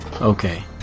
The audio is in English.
Okay